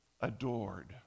adored